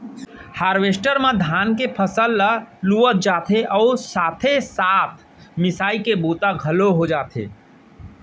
harvester म धान के फसल ल लुवत जाथे अउ साथे साथ मिसाई के बूता घलोक हो जाथे